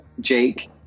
Jake